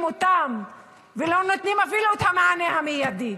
אותם ולא נותנים אפילו את המענה המיידי.